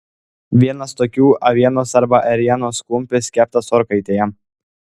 vienas tokių avienos arba ėrienos kumpis keptas orkaitėje